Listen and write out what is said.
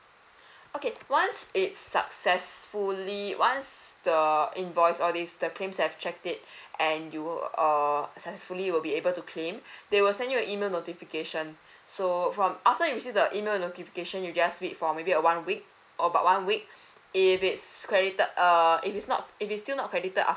okay once it's successfully once the invoice all these the claims have checked it and you err successfully will be able to claim they will send you an email notification so from after you receive the email notification you just wait for maybe uh one week or about one week if it's credited err if it's not if it's still not credited after